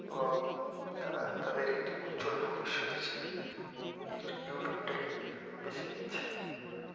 এবং তারা তাদের একটি উজ্জ্বল ভবিষ্যৎ হিসেবে ইউটিউব ইউটিউবটাকে বেছে নিচ্ছে